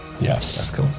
Yes